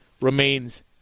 remains